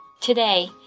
Today